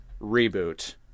reboot